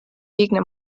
liigne